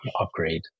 upgrade